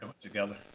Together